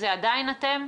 זה עדיין אתם?